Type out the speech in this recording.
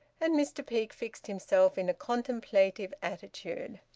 and mr peake fixed himself in a contemplative attitude.